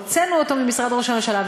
הוצאנו אותו ממשרד ראש הממשלה,